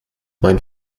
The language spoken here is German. mein